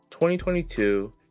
2022